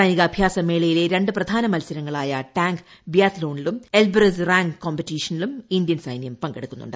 സൈനികാഭ്യാസമേളയിലെ രണ്ട് പ്രധാന മൽസരങ്ങളായ ടാങ്ക് ബിയാത്ലോണിലും എൽബ്രസ് റിംഗ് കോമ്പറ്റീഷനിലും ഇന്ത്യൻ സൈന്യം പങ്കെടുക്കുന്നുണ്ട്